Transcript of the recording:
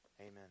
Amen